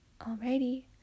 Alrighty